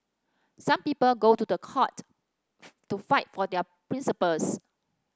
some people go to the court to fight for their principles